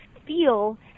Feel